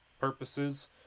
purposes